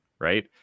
Right